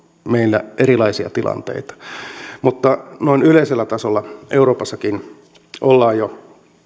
meillä on erilaisia tilanteita mutta noin yleisellä tasolla euroopassakin ollaan jo